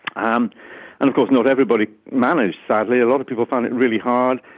um and of course not everybody managed, sadly, a lot of people found it really hard.